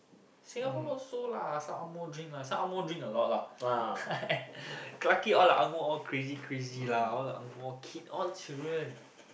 Singapore also lah some angmoh drink lah some angmoh drink a lot lah Clarke-Quay all the angmoh all crazy crazy lah all the angmoh kid all children